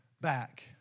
back